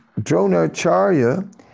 Dronacharya